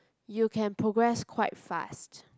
you can progress quite fast